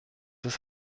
ist